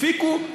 הפיקו,